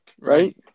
Right